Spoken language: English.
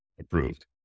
approved